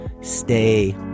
Stay